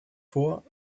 vor